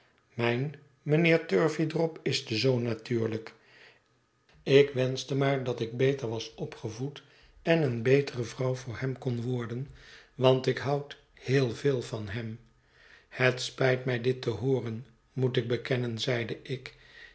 mijn mijnheer turveydrop is de zoon natuurlijk ik wenschte maar dat ik beter was opgevoed en eene betore vrouw voor hem kon worden want ik houd heel veel van hem het spijt mij dit te hooren moet ik bekennen zeide ik